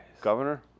Governor